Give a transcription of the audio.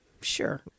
sure